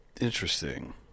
Interesting